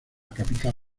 capital